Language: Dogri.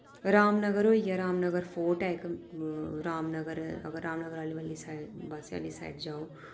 रामनगर होई गेआ रामनगर फोर्ट ऐ इक रामनगर अगर रामनगर आह्ली वाली बस्सै आह्ली साइड जाओ